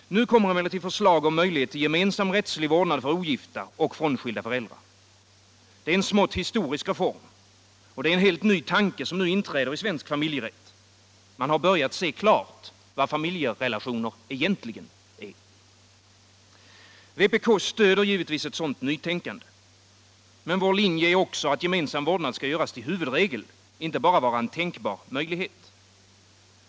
Nu kommer emellertid förslag om möjlighet till gemensam rättslig vårdnad för ogifta och frånskilda föräldrar. Det är en smått historisk reform. Det är en helt ny tanke som nu inträder i svensk familjerätt. Man har börjat se klart vad familjerelationer egentligen är. Vpk stöder givetvis ett sådant nytänkande. Men vår linje är också att gemensam vårdnad skall göras till huvudregel, inte bara vara en tänkbar möjlighet.